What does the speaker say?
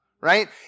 right